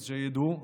אז שידעו.